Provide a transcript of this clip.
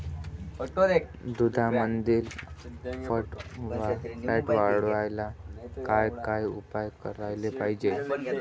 दुधामंदील फॅट वाढवायले काय काय उपाय करायले पाहिजे?